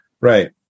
Right